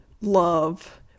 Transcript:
love